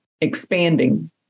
expanding